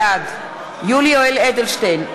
בעד יולי יואל אדלשטיין,